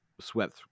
swept